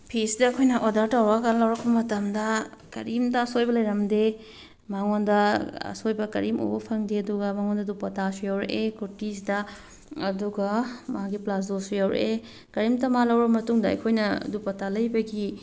ꯐꯤꯁꯤꯗ ꯑꯩꯈꯣꯏꯅ ꯑꯣꯗꯔ ꯇꯧꯔꯒ ꯂꯧꯔꯛꯄ ꯃꯇꯝꯗ ꯀꯔꯤꯝꯇ ꯑꯁꯣꯏꯕ ꯂꯩꯔꯝꯗꯦ ꯃꯉꯣꯟꯗ ꯑꯁꯣꯏꯕ ꯀꯔꯤꯝ ꯎꯕ ꯐꯪꯗꯦ ꯑꯗꯨꯒ ꯃꯉꯣꯟꯗ ꯗꯨꯄꯇꯥꯁꯨ ꯌꯥꯎꯔꯛꯑꯦ ꯀꯨꯔꯇꯤꯁꯤꯗ ꯑꯗꯨꯒ ꯃꯥꯒꯤ ꯄꯂꯥꯖꯣꯁꯨ ꯌꯥꯎꯔꯛꯑꯦ ꯀꯔꯤꯝꯇ ꯃꯥ ꯂꯧꯔ ꯃꯇꯨꯡꯗ ꯑꯩꯈꯣꯏꯅ ꯗꯨꯄꯇꯥ ꯂꯩꯕꯒꯤ